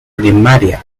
primaria